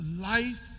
life